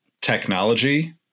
technology